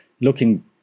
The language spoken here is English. looking